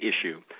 issue